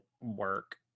work